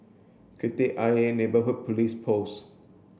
Kreta Ayer Neighbourhood Police Post